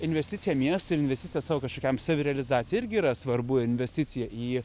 investicija miestui ir investicija savo kažkokiam savirealizacija irgi yra svarbu investicija į